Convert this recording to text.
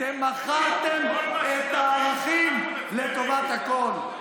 אתם מכרתם את הערכים לטובת הכול.